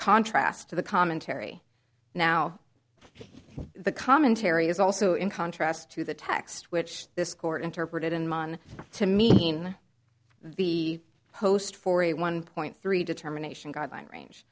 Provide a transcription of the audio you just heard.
contrast to the commentary now the commentary is also in contrast to the text which this court interpreted in mine to meet in the post for a one point three determination guideline range